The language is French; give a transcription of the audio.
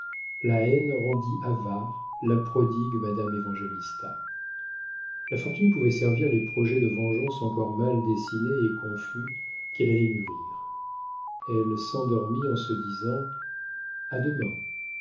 la haine rendit avare la prodigue madame évangélista la fortune pouvait servir les projets de vengeance encore mal dessinés et confus qu'elle allait mûrir elle s'endormit en se disant a demain